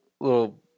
little